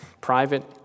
private